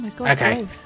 okay